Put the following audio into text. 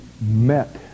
met